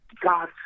God